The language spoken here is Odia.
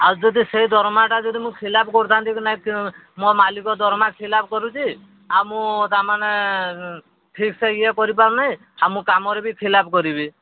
ଆଉ ଯଦି ସେଇ ଦରମାଟା ଯଦି ମୁଁ ଖିଲାପ କରୁଥାନ୍ତି କି ନାଇଁ ମୋ ମାଲିକ ଦରମା ଖିଲାପ କରୁଛି ଆଉ ମୁଁ ତାମାନେ ଠିକ୍ସେ ଇଏ କରିପାରୁ ନାହିଁ ଆଉ ମୁଁ କାମରେ ବି ଖିଲାପ କରିବି